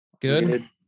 Good